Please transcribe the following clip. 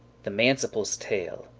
the manciple's tale